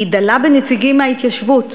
היא דלה בנציגים מההתיישבות,